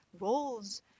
roles